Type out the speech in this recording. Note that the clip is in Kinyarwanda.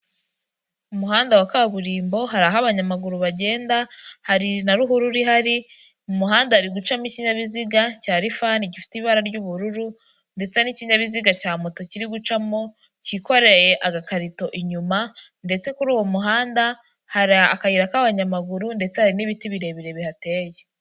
Umuhanda wa kaburimbo, hari aho abanyamaguru bagenda, hari na ruhurura ihari, mu muhanda hari gucamo ikinyabiziga cya rivani gifite ibara ry'ubururu ndetse hari n'ikinyabiziga cya moto kiri gucamo, cyikoreye agakarito inyuma ndetse kuri uwo muhanda hari akayira k'abanyamaguru ndetse hari n'ibiti birebire bihateye.